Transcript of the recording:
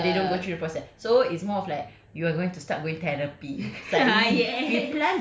macam cheat code ah macam they don't go through the process so it's more like you are going to start going therapy